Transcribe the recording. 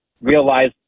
realized